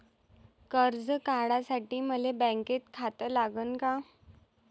कर्ज काढासाठी मले बँकेत खातं लागन का?